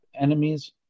enemies